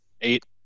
eight